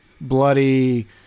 bloody